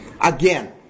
Again